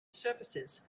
surfaces